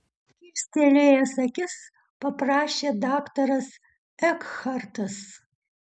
kilstelėjęs akis paprašė daktaras ekhartas